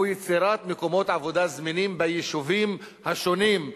יצירת מקומות עבודה זמינים ביישובים השונים.